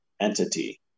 entity